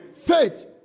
Faith